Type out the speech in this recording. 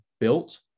built